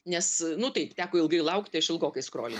nes nu taip teko ilgai laukti aš ilgokai skroli